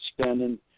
spending